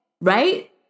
right